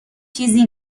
چیزی